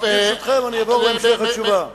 ברשותכם, אני אעבור להמשך התשובה.